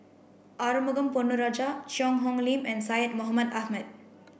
Arumugam Ponnu Rajah Cheang Hong Lim and Syed Mohamed Ahmed